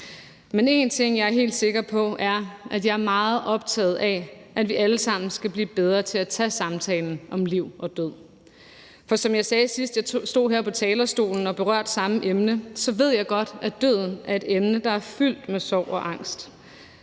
Men en ting, jeg er helt sikker på, er, at jeg er meget optaget af, at vi alle sammen skal blive bedre til at tage samtalen om liv og død, for som jeg sagde, sidst jeg stod her på talerstolen og berørte samme emne, ved jeg godt, at døden er et emne, der er fyldt med sorg og angst,